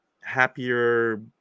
happier